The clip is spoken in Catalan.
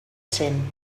cent